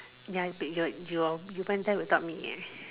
ya your you went there without me eh